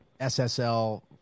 SSL